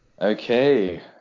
okay